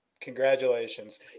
Congratulations